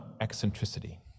eccentricity